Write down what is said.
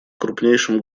крупнейшим